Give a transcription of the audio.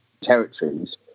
territories